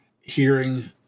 hearing